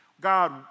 God